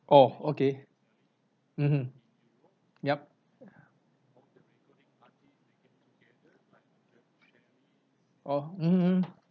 oh okay mmhmm yup oh mm mm